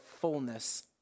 fullness